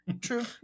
True